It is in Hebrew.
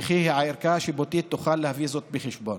וכי הערכאה השיפוטית תוכל להביא זאת בחשבון.